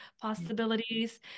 possibilities